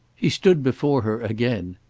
he stood before her again.